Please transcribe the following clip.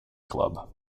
club